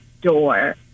door